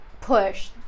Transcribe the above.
push